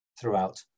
throughout